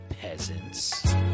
peasants